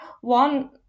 one